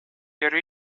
gör